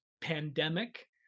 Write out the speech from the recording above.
pandemic